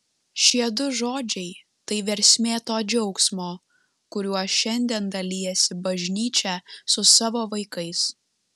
šie du žodžiai tai versmė to džiaugsmo kuriuo šiandien dalijasi bažnyčia su savo vaikais